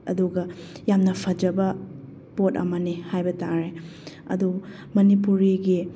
ꯑꯗꯨꯒ ꯌꯥꯝꯅ ꯐꯖꯕ ꯄꯣꯠ ꯑꯃꯅꯤ ꯍꯥꯏꯕ ꯇꯥꯔꯦ ꯑꯗꯨ ꯃꯅꯤꯄꯨꯔꯤꯒꯤ